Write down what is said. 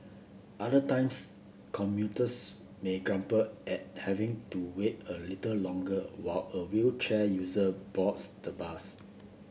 other times commuters may grumble at having to wait a little longer while a wheelchair user boards the bus